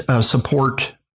support